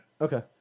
Okay